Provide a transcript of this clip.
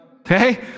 Okay